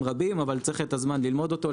רבים אבל צריך את הזמן ללמוד אותו,